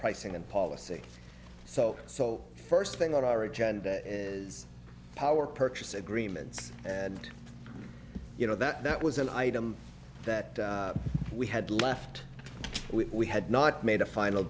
pricing and policy so so first thing on our agenda is power purchase agreements and you know that that was an item that we had left with we had not made a final